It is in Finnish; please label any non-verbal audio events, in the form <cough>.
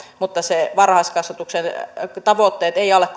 mutta ne varhaiskasvatuksen tavoitteet eivät alle <unintelligible>